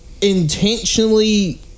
intentionally